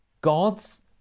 God's